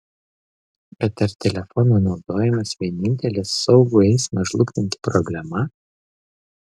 bet ar telefono naudojimas vienintelė saugų eismą žlugdanti problema